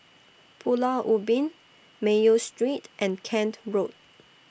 Pulau Ubin Mayo Street and Kent Road